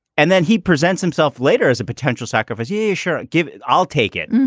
and then he presents himself later as a potential sacrifice. yeah sure. give it. i'll take it. and